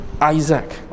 Isaac